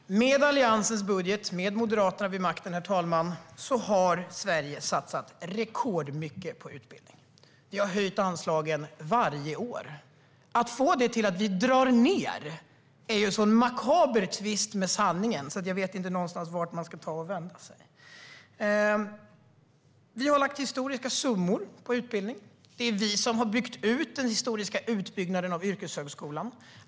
Herr talman! Med Alliansens budget och med Moderaterna vid makten har Sverige satsat rekordmycket på utbildning. Vi har höjt anslagen varje år. Att få det till att vi drar ned är en så makaber tvist av sanningen att jag inte vet vart man ska vända sig. Vi har lagt historiska summor på utbildning. Det är vi som har gjort den historiska utbyggnaden av yrkeshögskolan.